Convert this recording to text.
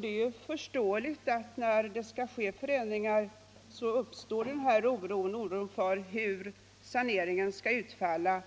Då förändringar skall ske är det förståeligt att det uppstår oro för hur saneringen skall utfalla